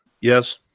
Yes